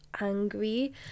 angry